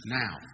now